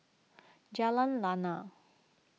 Jalan Lana